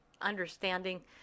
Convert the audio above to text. understanding